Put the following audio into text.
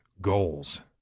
goals